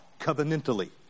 covenantally